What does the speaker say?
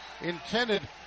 Intended